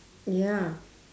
ya